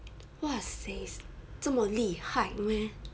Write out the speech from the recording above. !wahseh! 这么厉害 meh